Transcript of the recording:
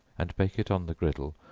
and bake it on the griddle,